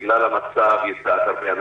כבודם במקומם מונח,